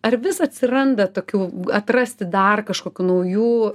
ar vis atsiranda tokių atrasti dar kažkokių naujų